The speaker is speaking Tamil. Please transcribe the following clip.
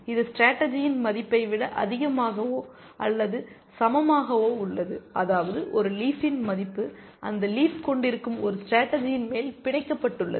இது ஸ்டேடர்ஜியின் மதிப்பை விட அதிகமாகவோ அல்லது சமமாகவோ உள்ளது அதாவது ஒரு லீஃப்பின் மதிப்பு அந்த லீஃப் கொண்டிருக்கும் ஒரு ஸ்டேடர்ஜியின் மேல் பிணைக்கப்பட்டுள்ளது